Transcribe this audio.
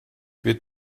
wird